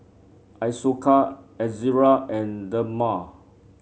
Isocal Ezerra and Dermale